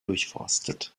durchforstet